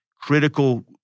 critical